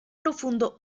profundo